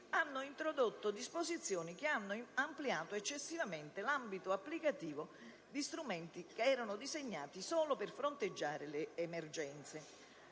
hanno introdotto disposizioni che hanno ampliato eccessivamente l'ambito applicativo di strumenti che erano disegnati solo per fronteggiare le emergenze.